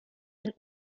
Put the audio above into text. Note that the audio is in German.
ein